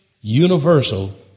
universal